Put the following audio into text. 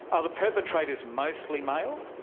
are the perpetrators mostly male?